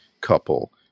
couple